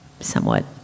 somewhat